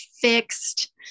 fixed